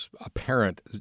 apparent